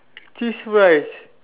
cheese fries